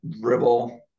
dribble